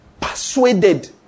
persuaded